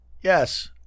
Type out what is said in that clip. Yes